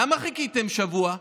למה חיכיתם שבוע?